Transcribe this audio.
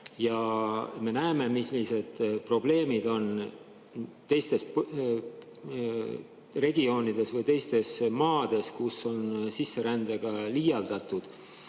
Me näeme, millised probleemid on teistes regioonides või maades, kus on sisserändega liialdatud.